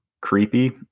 creepy